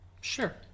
Sure